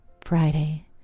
Friday